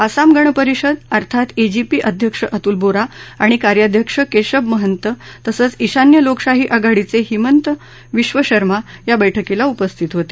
आसाम गणपरिषद अर्थात एजीपी अध्यक्ष अतुल बोरा आणि कार्याध्यक्ष केशब महंत तसंच ईशान्य लोकशाही आघाडीचे हिमंत विध शर्मा या बैठकीला उपस्थित होते